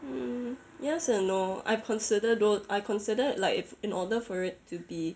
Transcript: mm yes and no I consider though I consider it like in order for it to be